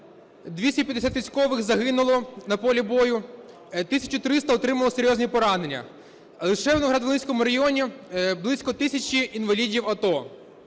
250 військових загинули на полі бою, 1300 отримали серйозні поранення. Лише в Новоград-Волинському районі близько тисячі інвалідів АТО.